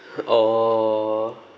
orh